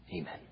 Amen